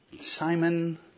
Simon